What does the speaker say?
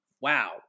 wow